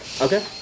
okay